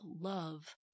love